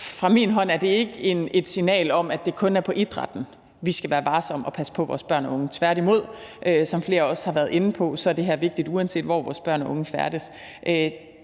Fra min side er det ikke et signal om, at det kun er inden for idrætten, at vi skal være varsomme og passe på vores børn og unge – tværtimod. Som flere også har været inde på, er det her vigtigt, uanset hvor vores børn og unge færdes.